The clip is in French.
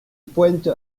pointe